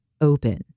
open